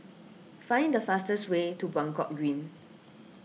find the fastest way to Buangkok Green